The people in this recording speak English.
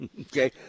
Okay